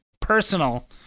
personal